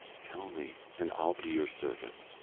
tell me, and i'll be your servant.